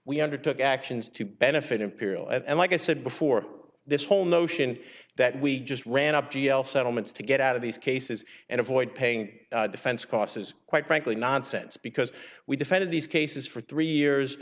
we undertook actions to benefit imperial and like i said before this whole notion that we just ran up g l settlements to get out of these cases and avoid paying defense costs is quite frankly nonsense because we defended these cases for three